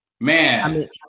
man